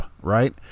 right